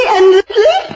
endlessly